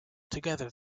together